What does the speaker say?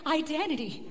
identity